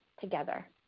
together